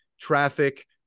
traffic